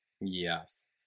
Yes